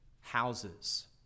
houses